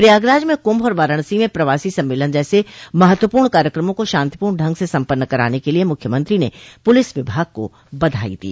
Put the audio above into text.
प्रयागराज में कुम्भ और वाराणसी में प्रवासी सम्मेलन जैसे महत्वपूर्ण कार्यकमों को शांतिपूर्ण ढंग से सम्पन्न कराने के लिए मुख्यमंत्री ने पुलिस विभाग को बधाई दी